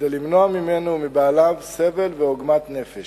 כדי למנוע ממנו ומבעליו סבל ועוגמת נפש.